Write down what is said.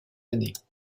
années